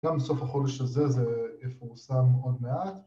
‫גם סוף החודש הזה זה יפורסם עוד מעט.